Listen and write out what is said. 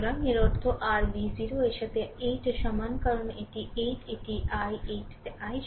সুতরাং এর অর্থ r v 0 এর সাথে 8 এর সমান কারণ এটি 8 এটি i 8 তে i